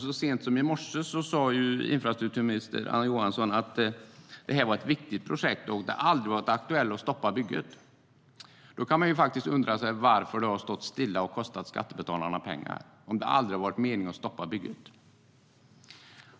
Så sent som i morse sade infrastrukturminister Anna Johansson att det var ett viktigt projekt och att det aldrig har varit aktuellt att stoppa bygget. Då kan man undra varför det har stått stilla och kostat skattebetalarna pengar, om det aldrig har varit meningen att stoppa bygget.